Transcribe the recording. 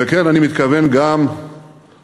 וכן אני מתכוון גם לנסות,